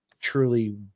truly